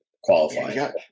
qualifying